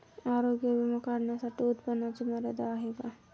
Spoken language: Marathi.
आरोग्य विमा काढण्यासाठी उत्पन्नाची मर्यादा आहे का?